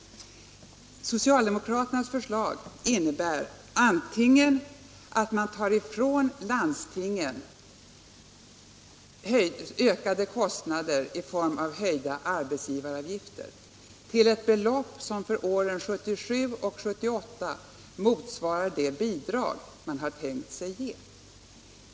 Socialdemokraternas förslag innebär antingen att man tar ifrån landstingen resurser i form av höjda arbetsgivaravgifter till ett belopp som för åren 1977 och 1978 motsvarar de bidrag man hade tänkt ge.